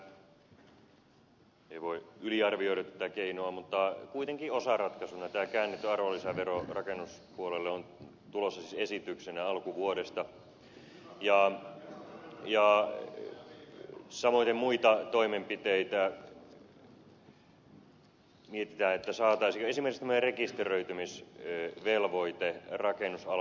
osaratkaisuna ei tietenkään voi yliarvioida tätä keinoa mutta kuitenkin osaratkaisuna tämä käännetty arvonlisävero rakennuspuolelle on tulossa siis esityksenä alkuvuodesta ja samoiten muita toimenpiteitä mietitään että saataisiinko esimerkiksi tämä rekisteröitymisvelvoite rakennusalalle